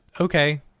okay